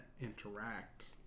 interact